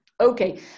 Okay